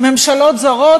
ממשלות זרות,